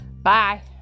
bye